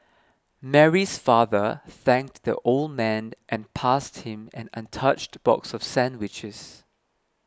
Mary's father thanked the old man and passed him an untouched box of sandwiches